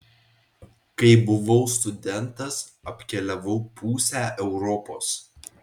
kai buvau studentas apkeliavau pusę europos